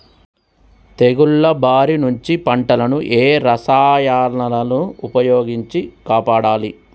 తెగుళ్ల బారి నుంచి పంటలను ఏ రసాయనాలను ఉపయోగించి కాపాడాలి?